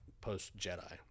post-Jedi